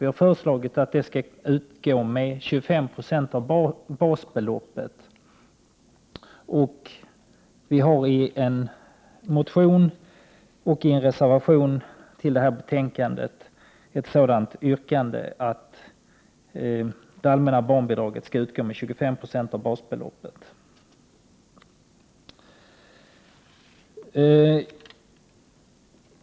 Vi har föreslagit att det skall utgå med 25 96 av basbeloppet, och vi har framfört det yrkandet i en motion och också i en reservation till det här betänkandet.